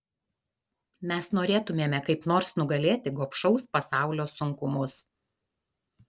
mes norėtumėme kaip nors nugalėti gobšaus pasaulio sunkumus